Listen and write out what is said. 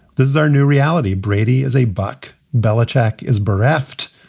this is our new reality. brady is a buck. belichick is bereft.